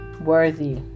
worthy